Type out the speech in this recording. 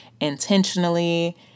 intentionally